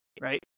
Right